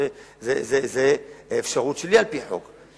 זאת אפשרות שלי על-פי חוק.